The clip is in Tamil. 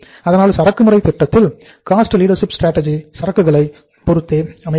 அதனால் சரக்கு முறை திட்டத்தில் காஸ்ட் லீடர்ஷிப் ஸ்ட்ராடஜி சரக்குகளை பொறுத்தே அமைகிறது